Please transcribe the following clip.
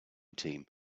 team